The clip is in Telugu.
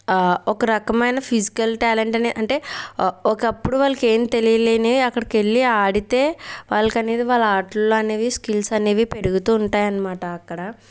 ఒక రకమైన ఫిజికల్ టాలెంట్ అనే అంటే ఒకప్పుడు వాళ్ళకి ఏం తెలియలేని అక్కడికెళ్ళి ఆడితే వాళ్ళకనేది వాళ్ళ ఆట్లు అనేవి స్కిల్స్ అనేవి పెరుగుతూ ఉంటాయన్నామాట అక్కడ